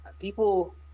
People